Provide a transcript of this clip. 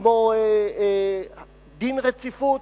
כמו דין רציפות,